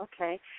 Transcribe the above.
okay